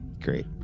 great